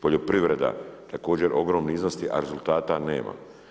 Poljoprivreda, također ogromni iznosi, a rezultata nema.